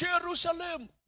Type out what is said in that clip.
Jerusalem